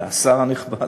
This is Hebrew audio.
והשר הנכבד,